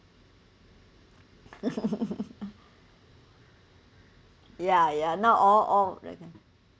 ya ya now all all recording